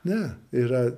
ne yra